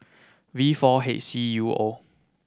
V four H C U O